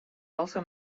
also